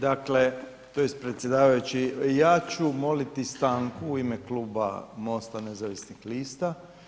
Dakle, tj. predsjedavajući, ja ću moliti stanku u ime Kluba MOST-a nezavisnih lista.